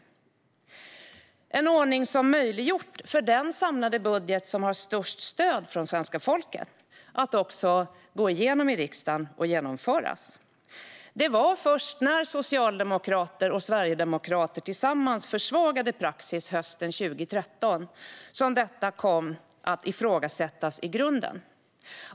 Detta är en ordning som har möjliggjort för den samlade budget som har störst stöd hos svenska folket att också gå igenom i riksdagen och genomföras. Det var först när socialdemokrater och sverigedemokrater tillsammans försvagade praxis hösten 2013 som detta kom att ifrågasättas i grunden.